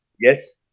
Yes